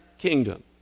kingdom